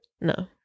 No